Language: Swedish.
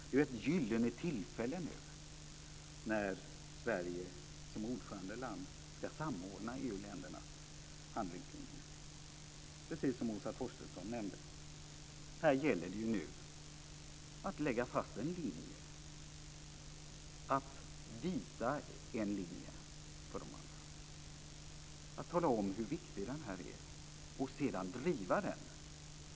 Det är ett gyllene tillfälle nu när Sverige som ordförandeland ska samordna EU-ländernas handlingslinjer, precis som Åsa Torstensson nämnde. Här gäller det nu att lägga fast en linje, visa en linje för de andra och tala om hur viktig den är och sedan driva den.